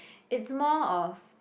it's more of